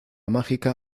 mágica